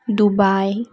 Dubai